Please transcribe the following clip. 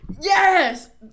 Yes